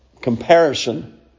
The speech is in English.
comparison